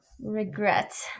regret